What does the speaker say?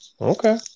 Okay